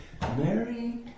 Mary